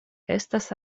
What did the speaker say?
estas